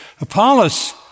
Apollos